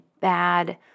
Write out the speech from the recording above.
bad